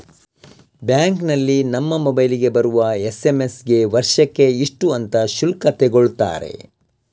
ಬ್ಯಾಂಕಿನಲ್ಲಿ ನಮ್ಮ ಮೊಬೈಲಿಗೆ ಬರುವ ಎಸ್.ಎಂ.ಎಸ್ ಗೆ ವರ್ಷಕ್ಕೆ ಇಷ್ಟು ಅಂತ ಶುಲ್ಕ ತಗೊಳ್ತಾರೆ